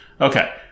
okay